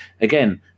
again